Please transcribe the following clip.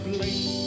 late